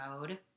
mode